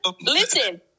Listen